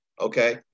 Okay